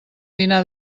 dinar